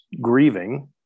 grieving